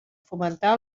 fomentar